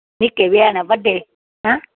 निक्के बी हैन न बड्डे हां